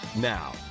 Now